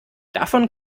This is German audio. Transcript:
davon